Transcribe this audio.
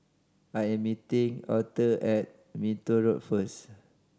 I am meeting Arther at Minto Road first